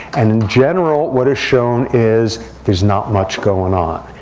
and, in general, what is shown is there's not much going on.